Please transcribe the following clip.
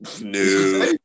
No